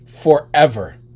forever